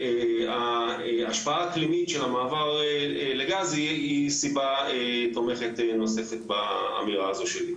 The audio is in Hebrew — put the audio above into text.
ההשפעה האקלימית של המעבר לגז היא סיבה תומכת נוספת באמירה הזו שלי.